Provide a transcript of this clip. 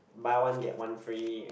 buy one get one free